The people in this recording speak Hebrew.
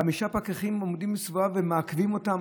חמישה פקחים עומדים מסביבם ומעכבים אותם